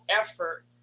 effort